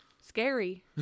Scary